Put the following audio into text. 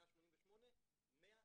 188% ו-150%.